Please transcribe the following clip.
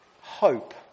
hope